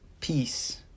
peace